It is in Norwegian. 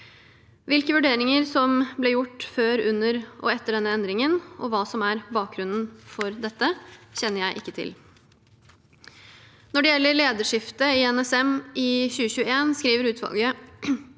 Hvilke vurderinger som ble gjort før, under og etter denne endringen, og hva som er bakgrunnen for dette, kjenner jeg ikke til. Når det gjelder lederskiftet i NSM i 2021, skriver utvalget